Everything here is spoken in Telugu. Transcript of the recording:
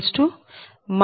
59